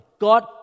God